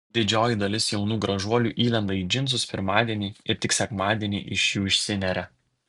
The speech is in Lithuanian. didžioji dalis jaunų gražuolių įlenda į džinsus pirmadienį ir tik sekmadienį iš jų išsineria